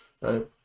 right